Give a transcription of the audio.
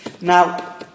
Now